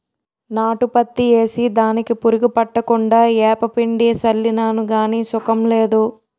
నాటు పత్తి ఏసి దానికి పురుగు పట్టకుండా ఏపపిండి సళ్ళినాను గాని సుకం లేదు